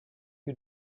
you